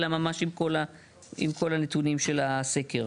אלא ממש עם כל הנתונים של הסקר.